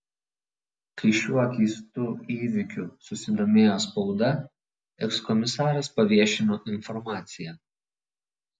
kai šiuo keistu įvykiu susidomėjo spauda ekskomisaras paviešino informaciją